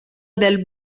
del